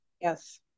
yes